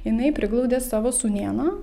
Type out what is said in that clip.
jinai priglaudė savo sūnėną